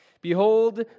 Behold